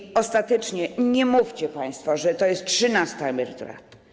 I ostatecznie nie mówcie państwo, że to jest trzynasta emerytura.